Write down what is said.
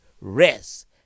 rest